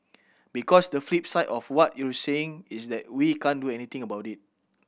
because the flip side of what you're saying is that we can't do anything about it